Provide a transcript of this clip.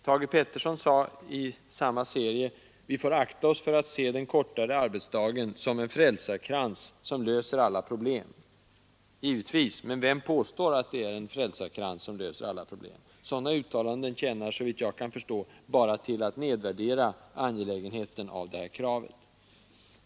Thage Peterson sade i samma serie: ”Men vi får akta oss för att se den kortare arbetsdagen som en frälsarkrans som löser alla problem.” Givetvis, men vem har påstått att det är en frälsarkrans som löser alla problem? Sådana uttalanden tjänar såvitt jag kan förstå bara till att nedvärdera angelägenheten av kravet.